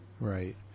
Right